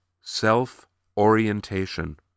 self-orientation